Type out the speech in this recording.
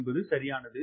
4 சரியானது